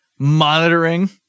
Monitoring